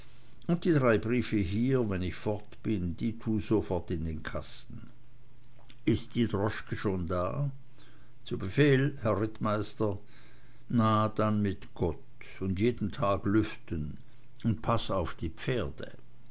und die drei briefe hier wenn ich fort bin die tue sofort in den kasten ist die droschke schon da zu befehl herr rittmeister na dann mit gott und jeden tag lüften und paß auf die pferde